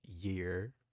year